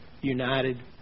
united